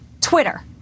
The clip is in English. Twitter